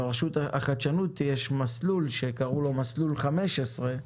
לרשות החדשנות יש מסלול שקראו לו מסלול 15,